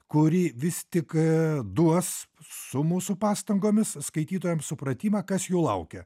kuri vis tik duos su mūsų pastangomis skaitytojam supratimą kas jų laukia